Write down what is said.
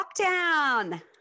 lockdown